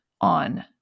on